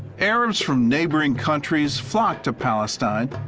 arabs from neighboring countries flocked to palestine,